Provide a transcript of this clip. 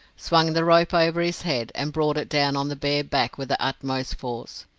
swung the rope over his head, and brought it down on the bare back with the utmost force.